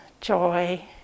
joy